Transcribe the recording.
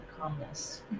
calmness